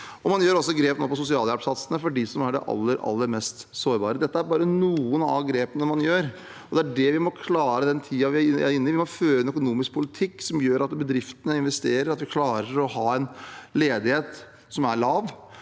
når det gjelder sosialhjelpssatsene for dem som er aller, aller mest sårbare. Dette er bare noen av grepene man tar. Det er det vi må klare i den tiden vi er inne i. Vi må føre en økonomisk politikk som gjør at bedriftene investerer, og at vi klarer å ha en ledighet som er lav,